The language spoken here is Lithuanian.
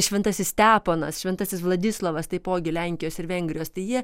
šventasis steponas šventasis vladislovas taipogi lenkijos ir vengrijos tai jie